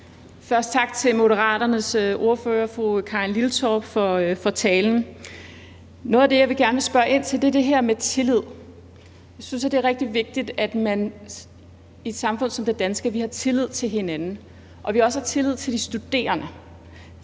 Først tak til Moderaternes ordfører, fru Karin Liltorp, for talen. Noget af det, jeg gerne vil spørge ind til, er det her med tillid. Jeg synes, at det er rigtig vigtigt, at vi i et samfund som det danske har tillid til hinanden, og at vi også har tillid til de studerende